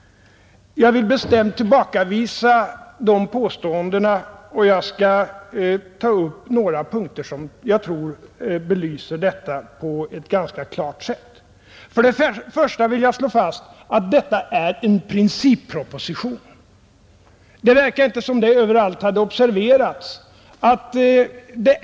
Jag vill bestämt tillbakavisa de påståendena, och jag skall ta upp några punkter som jag tror belyser detta på ett ganska klart sätt. Jag vill först och främst slå fast att det gäller en principproposition. Det verkar som om detta inte överallt hade observerats.